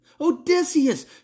Odysseus